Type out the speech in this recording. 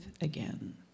again